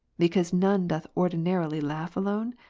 because none doth ordinarily laugh alone?